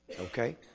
Okay